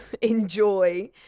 enjoy